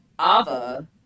Ava